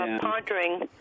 pondering